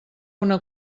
una